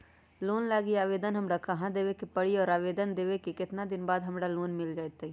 Loan लागी आवेदन हमरा कहां देवे के पड़ी और आवेदन देवे के केतना दिन बाद हमरा लोन मिल जतई?